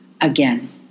Again